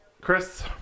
Chris